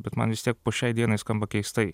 bet man vis tiek po šiai dienai skamba keistai